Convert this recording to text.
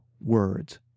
words